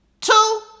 Two